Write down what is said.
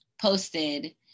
posted